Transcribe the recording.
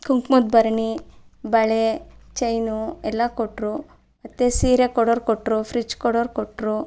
ಕುಂಕುಮದ ಭರಣಿ ಬಳೆ ಚೈನು ಎಲ್ಲ ಕೊಟ್ಟರು ಮತ್ತೆ ಸೀರೆ ಕೊಡೋರು ಕೊಟ್ಟರು ಫ್ರಿಜ್ ಕೊಡೋರು ಕೊಟ್ಟರು